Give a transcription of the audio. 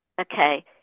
Okay